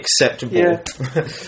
acceptable